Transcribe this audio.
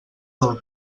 del